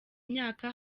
myaka